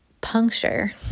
puncture